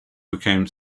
became